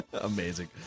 Amazing